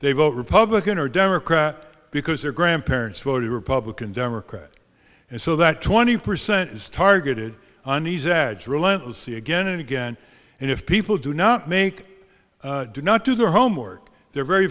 they vote republican or democrat because their grandparents voted republican democrat and so that twenty percent is targeted anees ads relentlessly again and again and if people do not make do not do their homework they're very